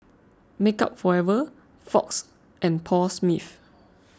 Makeup Forever Fox and Paul Smith